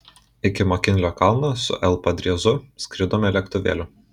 iki makinlio kalno su l padriezu skridome lėktuvėliu